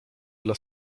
dla